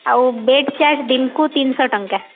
ଆଉ bed charge ଦିନକୁ ତିନଶହ ଟଙ୍କା